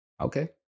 Okay